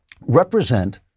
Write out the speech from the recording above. represent